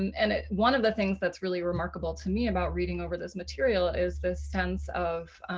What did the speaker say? and and ah one of the things that's really remarkable to me about reading over this material is the sense of